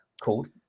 called